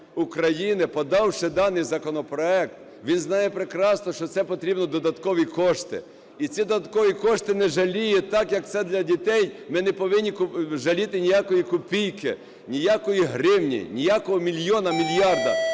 України, подавши даний законопроект, він знає прекрасно, що це потрібно додаткові кошти. І ці додаткові кошти не жаліє, так як це для дітей, ми не повинні жаліти ніякої копійки, ніякої гривні, ніякого мільйона, мільярда!